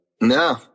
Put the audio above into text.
No